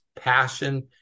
Passion